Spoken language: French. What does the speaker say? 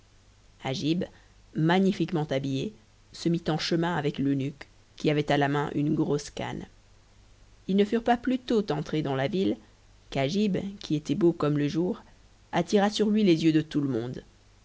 agib magnifiquement habillé se mit en chemin avec l'eunuque qui avait à la main une grosse canne ils ne furent pas plus tôt entrés dans la ville qu'agib qui était beau comme le jour attira sur lui les yeux de tout le monde